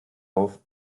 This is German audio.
auf